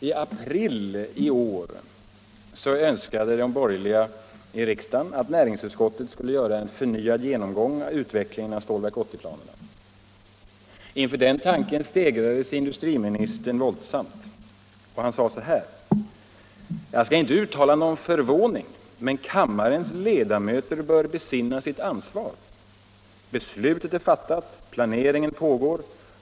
I april i år önskade de borgerliga i riksdagen att näringsutskottet skulle göra en förnyad genomgång av utvecklingen av Stålverk 80-planerna. Inför den tanken stegrade sig industriministern våldsamt: ”Jag skall inte uttala någon förvåning, men kammarens ledamöter bör besinna sitt ansvar. Beslutet är fattat, planeringen pågår.